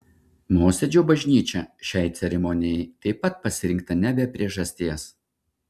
mosėdžio bažnyčia šiai ceremonijai taip pat pasirinkta ne be priežasties